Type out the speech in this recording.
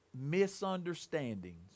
misunderstandings